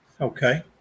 Okay